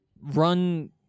run